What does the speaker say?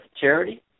charity